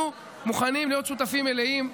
אנחנו מוכנים להיות שותפים מלאים.